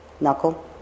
knuckle